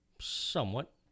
Somewhat